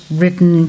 written